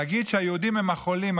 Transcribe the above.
להגיד שהיהודים הם החולים,